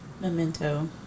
memento